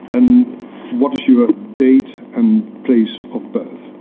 and what is your date and place of birth